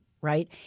right